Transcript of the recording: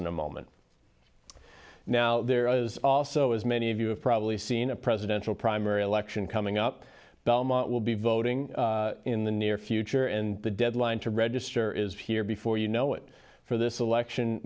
in a moment now there is also as many of you have probably seen a presidential primary election coming up belmont will be voting in the near future and the deadline to register is here before you know it for this selection